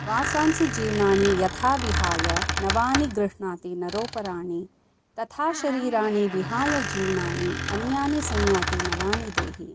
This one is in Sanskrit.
वासांसि जीर्णानि यथा विहाय नवानि गृह्णाति नरोपराणि तथा शरीराणि विहाय जीर्णानि अन्यानि संयाति नवानि देही